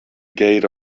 gate